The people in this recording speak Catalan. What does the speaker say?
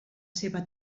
seva